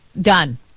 done